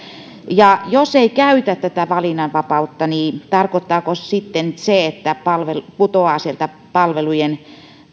ja jos ei käytä tätä valinnanvapautta niin tarkoittaako se sitten että putoaa sieltä palvelujen